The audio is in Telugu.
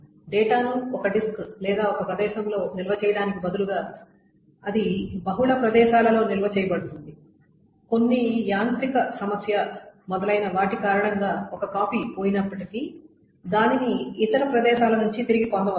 డేటాను ఒక డిస్క్ లేదా ఒక ప్రదేశంలో నిల్వ చేయడానికి బదులుగా అది బహుళ ప్రదేశాలలో నిల్వ చేయబడుతుంది కొన్ని యాంత్రిక సమస్య మొదలైన వాటి కారణంగా ఒక కాపీ పోయినప్పటికీ దానిని ఇతర ప్రదేశాల నుండి తిరిగి పొందవచ్చు